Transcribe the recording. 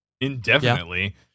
indefinitely